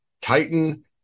Titan